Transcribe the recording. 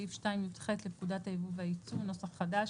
סעיף 2יח לפקודת היבוא והיצוא [נוסח חדש],